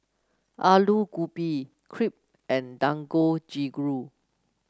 Alu Gobi Crepe and Dangojiru